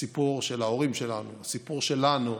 הסיפור של ההורים שלנו, הסיפור שלנו,